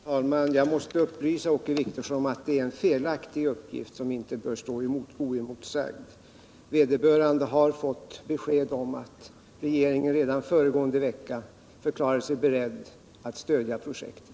Herr talman! Jag måste upplysa Åke Wictorsson om att det är en felaktig uppgift, som inte bör stå oemotsagd. Vederbörande har fått besked om att regeringen redan föregående vecka förklarade sig beredd att stödja projektet.